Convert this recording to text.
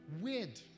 Weird